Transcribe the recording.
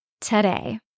today